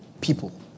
people